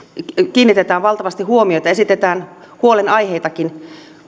kiinnitetään valtavasti huomiota esitetään huolenaiheitakin